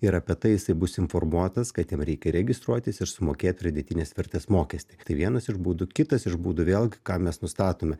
ir apie tai jisai bus informuotas kad jam reikia registruotis ir sumokėt pridėtinės vertės mokestį tai vienas iš būdų kitas iš būdų vėlgi ką mes nustatome